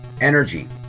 energy